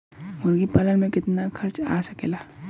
मुर्गी पालन में कितना खर्च आ सकेला?